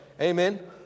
Amen